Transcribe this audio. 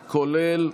כולל,